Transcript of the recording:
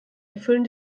erfüllen